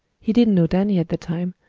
he didn't know danny at the time,